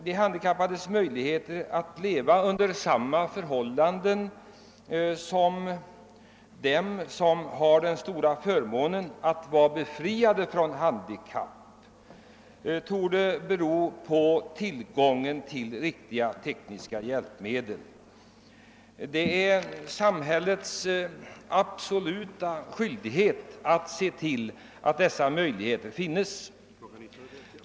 De handikappades möjligheter att leva under förhållanden motsvarande vad som gäller för dem som har den stora förmånen att vara befriade från handikapp torde vara beroende av tillgången till riktiga tekniska hjälpmedel. Det är samhällets oavvisliga skyldighet att se till att dessa möjligheter finns.